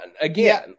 again